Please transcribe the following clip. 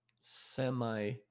semi